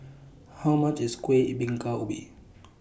How much IS Kuih Bingka Ubi